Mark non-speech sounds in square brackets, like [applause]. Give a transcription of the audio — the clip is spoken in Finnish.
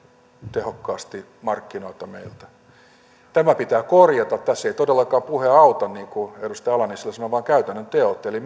tehokkaasti markkinoita meiltä tämä pitää korjata tässä ei todellakaan puhe auta niin kuin edustaja ala nissilä sanoi vaan käytännön teot eli [unintelligible]